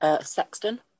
Sexton